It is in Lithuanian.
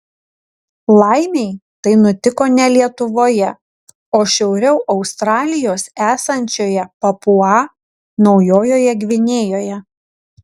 laimei tai nutiko ne lietuvoje o šiauriau australijos esančioje papua naujojoje gvinėjoje